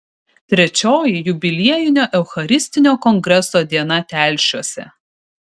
trečioji jubiliejinio eucharistinio kongreso diena telšiuose